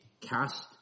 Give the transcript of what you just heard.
cast